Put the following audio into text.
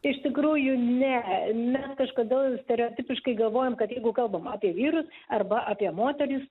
iš tikrųjų ne mes kažkodėl stereotipiškai galvojam kad jeigu kalbam apie vyrus arba apie moteris